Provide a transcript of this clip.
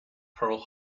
pearl